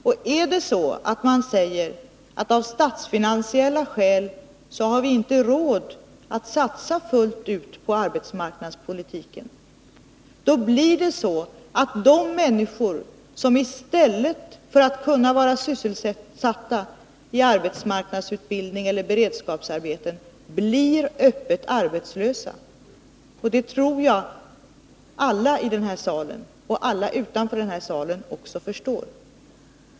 Om det är så att man säger att vi av statsfinansiella skäl inte har råd att satsa fullt ut på arbetsmarknadspolitiken, blir det så att människor i stället för att vara sysselsatta i arbetsmarknadsutbildning eller beredskapsarbeten blir öppet arbetslösa. Det tror jag att alla både i och utanför den här salen också förstår.